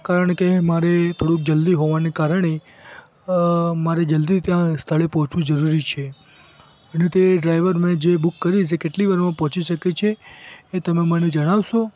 કારણ કે મારે થોડુંક જલ્દી હોવાને કારણે મારે જલ્દી ત્યાં સ્થળે પહોંચવું જરૂરી છે અને તે ડ્રાઈવર મેં જે બુક કરી છે એ કેટલી વારમાં પહોંચી શકે છે એ તમે મને જણાવશો